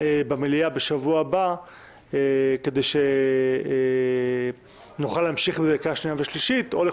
במליאה בשבוע הבא כדי שנוכל להמשיך עם זה לקריאה שנייה ושלישית או,